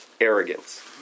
arrogance